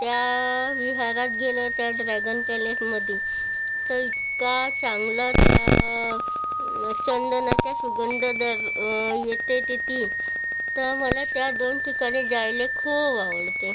त्या विहारात गेलं त्या ड्रॅगन पॅलेसमध्ये तर इतका चांगलं त्या चंदनाचा सुगंध दर येते तिथे तर मला त्या दोन ठिकाणी जायला खूप आवडते